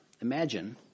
imagine